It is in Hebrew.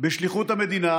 בשליחות המדינה,